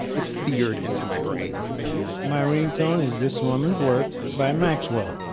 it's seared into my brain my ringtone is this woman's work by maxwell.